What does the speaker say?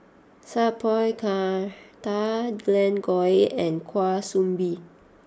Sat Pal Khattar Glen Goei and Kwa Soon Bee